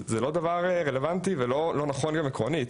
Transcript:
זה דבר שהוא לא רלוונטי וגם לא נכון מבחינה עקרונית,